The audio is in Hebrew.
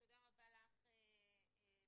תודה רבה לך, לידיה.